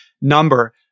number